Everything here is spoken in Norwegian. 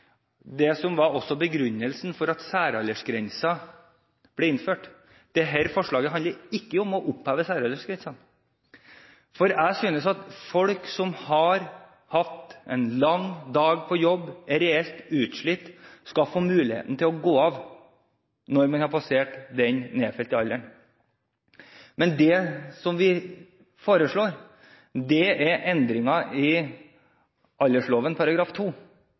som også var begrunnelsen for at særaldersgrensen ble innført. Dette forslaget handler ikke om å oppheve særaldersgrensen, for jeg synes at folk som har hatt en lang dag på jobb, er reelt utslitt, skal få muligheten til å gå av når man har passert den nedfelte alderen. Men det vi foreslår, er endringer i